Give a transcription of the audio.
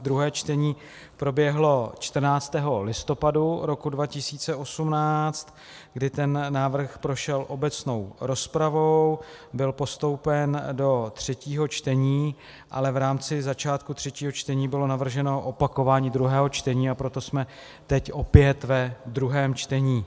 Druhé čtení proběhlo 14. listopadu 2018, kdy ten návrh prošel obecnou rozpravou, byl postoupen do třetího čtení, ale v rámci začátku třetího čtení bylo navrženo opakování druhého čtení, a proto jsme teď opět ve druhém čtení.